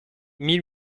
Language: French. mille